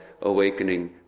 Awakening